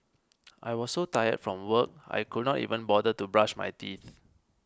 I was so tired from work I could not even bother to brush my teeth